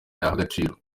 agaciro